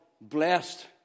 blessed